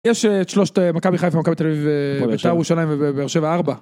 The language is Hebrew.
יש שלושת מכבי חיפה, מכבי תל אביב ובית"ר ירושלים, ובאר שבע - ארבע.